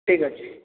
ଠିକ ଅଛି